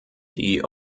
die